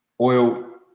Oil